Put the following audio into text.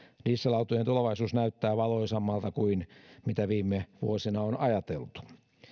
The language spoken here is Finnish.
dieselautojen tulevaisuus näyttää valoisammalta kuin mitä viime vuosina on ajateltu